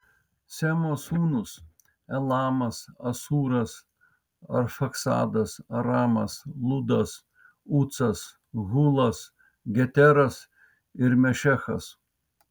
semo sūnūs elamas asūras arfaksadas aramas ludas ucas hulas geteras ir mešechas